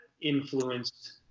influenced